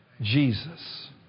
Jesus